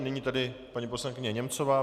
Nyní tedy paní poslankyně Němcová.